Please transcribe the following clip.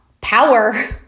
power